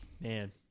Man